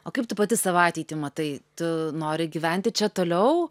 o kaip tu pati savo ateitį matai tu nori gyventi čia toliau